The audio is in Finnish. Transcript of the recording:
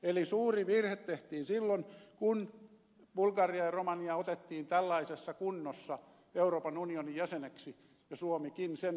eli suuri virhe tehtiin silloin kun bulgaria ja romania otettiin tällaisessa kunnossa euroopan unionin jäseneksi ja suomikin sen hyväksyi